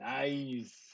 Nice